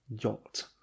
yacht